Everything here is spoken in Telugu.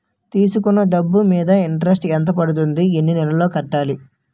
తీసుకున్న డబ్బు మీద ఇంట్రెస్ట్ ఎంత పడుతుంది? ఎన్ని నెలలో కట్టాలి?